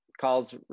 calls